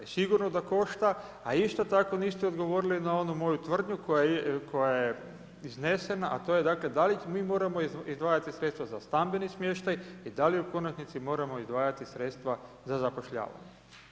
I sigurno da košta, a isto tako niste odgovorili na onu moju tvrdnju koja je iznesena, a to je dakle da li mi moramo izdvajati sredstva za stambeni smještaj i da li u konačnici moramo izdvajati sredstva za zapošljavanje.